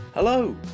Hello